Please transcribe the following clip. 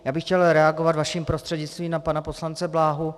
Já bych chtěl reagovat vaším prostřednictvím na pana poslance Bláhu.